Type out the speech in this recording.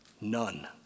none